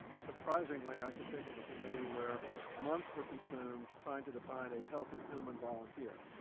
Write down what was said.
surprisingly i can think of a committee where months were consumed trying to define a healthy human volunteer.